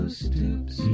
stoops